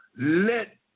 let